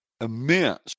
immense